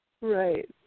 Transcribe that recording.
Right